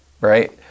right